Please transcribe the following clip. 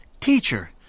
Teacher